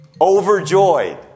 overjoyed